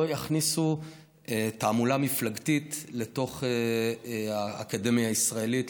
לא יכניסו תעמולה מפלגתית לתוך האקדמיה הישראלית,